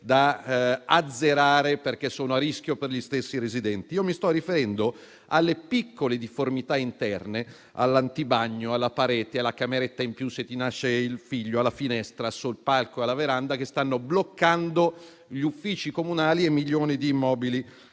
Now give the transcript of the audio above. da azzerare, perché sono a rischio per gli stessi residenti. Mi sto riferendo alle piccole difformità interne (all'antibagno, alla parete, alla cameretta in più se nasce un figlio, alla finestra, al soppalco, alla veranda) che stanno bloccando gli uffici comunali e milioni di immobili